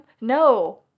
No